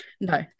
no